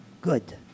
Good